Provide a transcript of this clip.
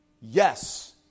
Yes